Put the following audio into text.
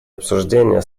обсуждения